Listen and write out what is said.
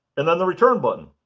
and then the return button.